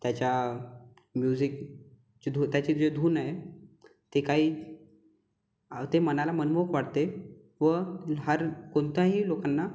त्याच्या म्युझिकची धू त्याची जी धून आहे ते काही ते मनाला मनमोहक वाटते व हर कोणताही लोकांना